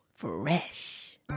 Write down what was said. fresh